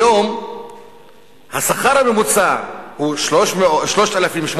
היום השכר הממוצע הוא 3,890,